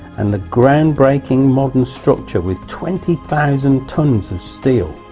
and the groundbreaking modern structure with twenty thousand tons of steel,